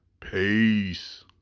Peace